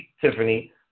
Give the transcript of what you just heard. Tiffany